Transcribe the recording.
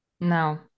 No